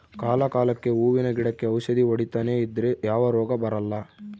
ಕಾಲ ಕಾಲಕ್ಕೆಹೂವಿನ ಗಿಡಕ್ಕೆ ಔಷಧಿ ಹೊಡಿತನೆ ಇದ್ರೆ ಯಾವ ರೋಗ ಬರಲ್ಲ